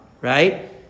right